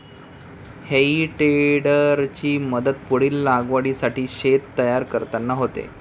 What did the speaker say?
हेई टेडरची मदत पुढील लागवडीसाठी शेत तयार करताना होते